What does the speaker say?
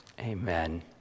Amen